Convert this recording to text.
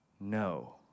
No